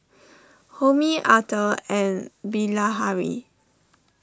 Homi Atal and Bilahari